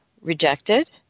rejected